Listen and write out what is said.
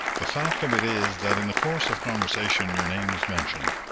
the fact of it is that in the course of conversation your name was mentioned.